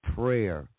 prayer